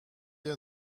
dir